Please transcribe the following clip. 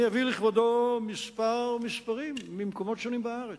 אני אביא לכבודו כמה מספרים ממקומות שונים בארץ: